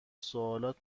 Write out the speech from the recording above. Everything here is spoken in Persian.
سوالات